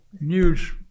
news